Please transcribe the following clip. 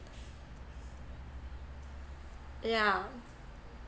yeah